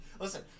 Listen